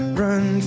run